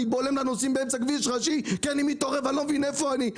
אני בולם לנוסעים באמצע כביש ראשי כי אני מתעורר ולא מבין איפה אני.